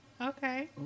Okay